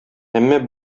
әмма